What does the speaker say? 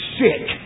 sick